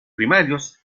primarios